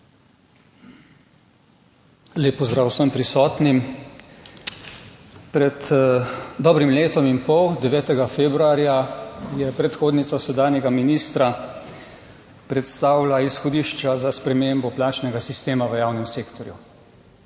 Lep pozdrav vsem prisotnim! Pred dobrim letom in pol, 9. februarja, je predhodnica sedanjega ministra predstavila izhodišča za spremembo plačnega sistema v javnem sektorju,